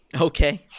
Okay